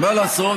מה לעשות?